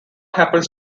happens